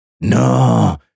No